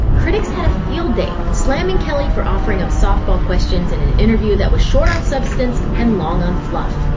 critics had a field day, slamming kelly for offering up softball questions in an interview that was short on substance and long on fluff.